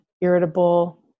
irritable